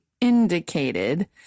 indicated